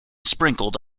sprinkled